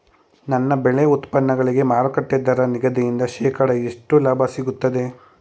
ನನ್ನ ಬೆಳೆ ಉತ್ಪನ್ನಗಳಿಗೆ ಮಾರುಕಟ್ಟೆ ದರ ನಿಗದಿಯಿಂದ ಶೇಕಡಾ ಎಷ್ಟು ಲಾಭ ಸಿಗುತ್ತದೆ?